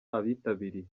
abitabiriye